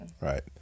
Right